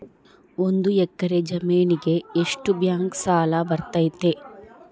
ಒಂದು ಎಕರೆ ಜಮೇನಿಗೆ ಎಷ್ಟು ಬ್ಯಾಂಕ್ ಸಾಲ ಬರ್ತೈತೆ?